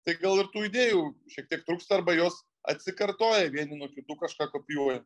tai gal ir tų idėjų šiek tiek trūksta arba jos atsikartoja vieni nuo kitų kažką kopijuoja